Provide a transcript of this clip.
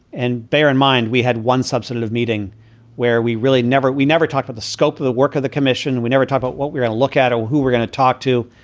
and bear in mind, we had one substantive meeting where we really never we never talked with the scope of the work of the commission. we never talk about what we're gonna look at or who we're gonna talk to.